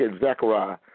Zechariah